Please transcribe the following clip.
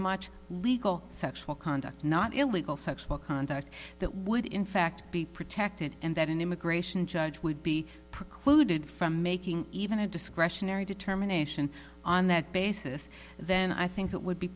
much legal sexual conduct not illegal sexual conduct that would in fact be protected and that an immigration judge would be precluded from making even a discretionary determination on that basis then i think it would be